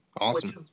awesome